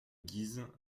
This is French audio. guise